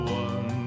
one